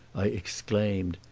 i exclaimed,